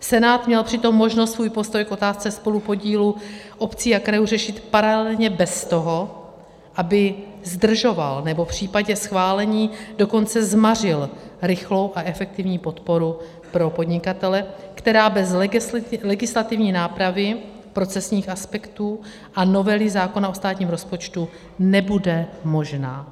Senát měl přitom možnost svůj postoj k otázce spolupodílu obcí a krajů řešit paralelně bez toho, aby zdržoval, nebo v případě schválení dokonce zmařil rychlou a efektivní podporu pro podnikatele, která bez legislativní nápravy procesních aspektů a novely zákona o státním rozpočtu nebude možná.